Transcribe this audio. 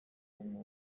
umuntu